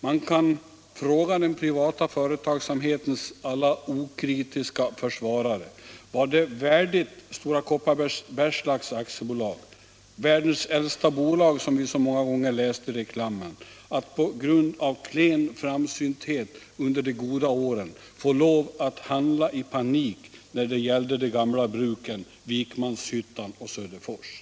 Man kan fråga den privata företagsamhetens alla okritiska försvarare: Var det värdigt Stora Kopparbergs Bergslags AB —- världens äldsta bolag, som vi så många gånger läst i reklamen — att på grund av klen framsynthet under de goda åren få lov att handla i panik när det gällde de gamla bruken Vikmanshyttan och Söderfors?